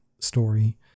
story